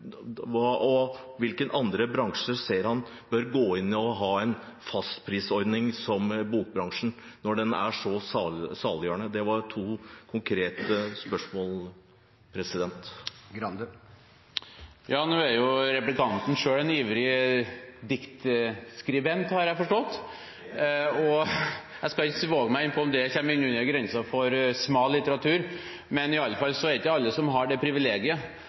og hvilke andre bransjer ser han bør ha en fastprisordning som bokbransjen, når den er så saliggjørende? Det var to konkrete spørsmål. Ja, nå er jo replikanten selv en ivrig diktskribent, har jeg forstått. Ja, det er riktig. Jeg skal ikke våge meg inn på hvorvidt det kommer inn under grensen for smal litteratur, men i alle fall er det ikke alle som har det privilegiet